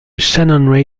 shannon